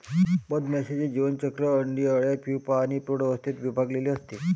मधमाशीचे जीवनचक्र अंडी, अळ्या, प्यूपा आणि प्रौढ अवस्थेत विभागलेले असते